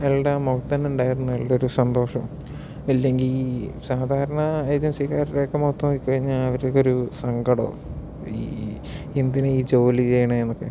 അയാളുടെ മുഖത്തുതന്നെ ഉണ്ടായിരുന്നു അയാളുടെ ഒരു സന്തോഷം ഇല്ലെങ്കിൽ സാധാരണ ഏജെൻസിക്കാരുടെയൊക്കെ മുഖത്തു നോക്കിക്കഴിഞ്ഞാൽ അവർക്കൊരു സങ്കടമാ ഈ എന്തിനാ ഈ ജോലി ചെയ്യുന്നത് എന്നൊക്കെ